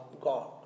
God